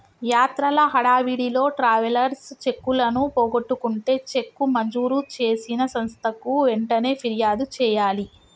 యాత్రల హడావిడిలో ట్రావెలర్స్ చెక్కులను పోగొట్టుకుంటే చెక్కు మంజూరు చేసిన సంస్థకు వెంటనే ఫిర్యాదు చేయాలి